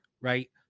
right